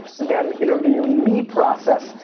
them interviewing me process,